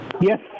Yes